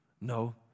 no